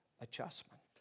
adjustment